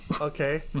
Okay